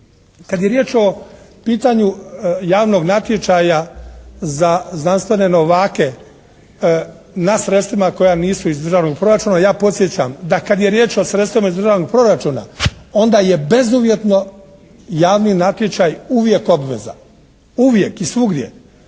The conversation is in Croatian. Kad je riječ o pitanju javnog natječaja za znanstvene novake na sredstvima koja nisu izravno iz proračuna, ja podsjećam da kad je riječ o sredstvima iz državnog proračuna, onda je bezuvjetno javni natječaj uvijek obveza. Uvijek i svugdje.